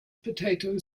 potato